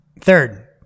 Third